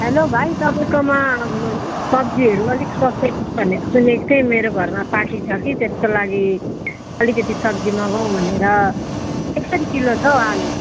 hello भाइ तपाईँकोमा सब्जीहरू अलिक सस्तो छ भनेको सुनेको थिएँ मेरो घरमा पार्टी छ कि त्यसको लागि अलिकति सब्जी मगाउँ भनेर कसरी किलो छ आलु